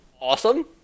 awesome